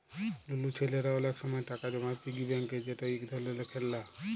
লুলু ছেইলারা অলেক সময় টাকা জমায় পিগি ব্যাংকে যেট ইক ধরলের খেললা